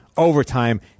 Overtime